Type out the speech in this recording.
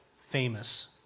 famous